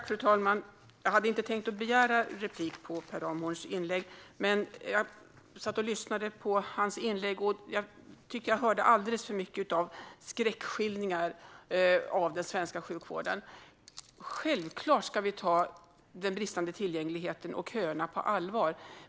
Fru talman! Jag hade inte tänkt begära replik på Per Ramhorns inlägg. Men jag hörde alldeles för många skräckskildringar av den svenska sjukvården. Självklart ska vi ta den bristande tillgängligheten och köerna på allvar.